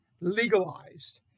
legalized